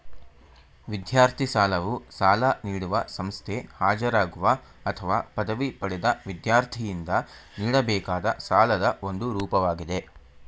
ವಿದ್ಯಾರ್ಥಿ ಸಾಲವು ಸಾಲ ನೀಡುವ ಸಂಸ್ಥೆ ಹಾಜರಾಗುವ ಅಥವಾ ಪದವಿ ಪಡೆದ ವಿದ್ಯಾರ್ಥಿಯಿಂದ ನೀಡಬೇಕಾದ ಸಾಲದ ಒಂದು ರೂಪವಾಗಿದೆ